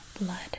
blood